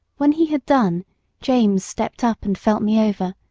when he had done james stepped up and felt me over,